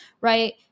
right